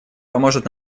поможет